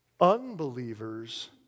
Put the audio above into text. Unbelievers